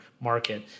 market